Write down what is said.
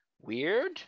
Weird